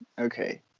okay